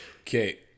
Okay